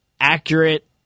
accurate